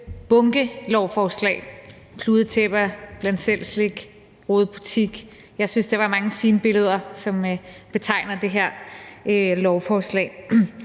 bunkelovforslag, kludetæppe, bland selv-slik, rodebutik – jeg synes, der var mange fine billeder, som betegner det her lovforslag.